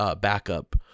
backup